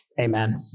Amen